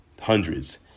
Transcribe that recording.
hundreds